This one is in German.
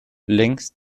längst